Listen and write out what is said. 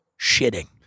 shitting